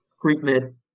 treatment